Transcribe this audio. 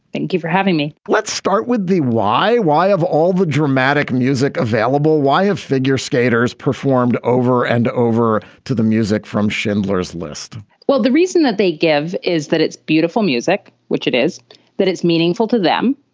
thank you for having me. let's start with the why. why of all the dramatic music available, why have figure skaters performed over and over to the music from schindler's list? well, the reason that they give is that it's beautiful music, which it is that it's meaningful to them,